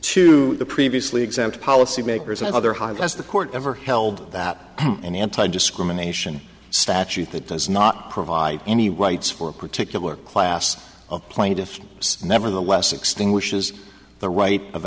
to the previously exempt policy makers and other highlights the court ever held that an anti discrimination statute that does not provide any rights for a particular class of plaintiffs nevertheless extinguishes the right of